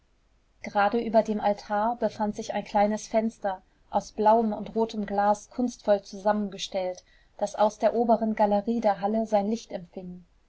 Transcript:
gerade über dem altar befand sich ein kleines fenster aus blauem und rotem glas kunstvoll zusammengestellt das aus der oberen galerie der halle sein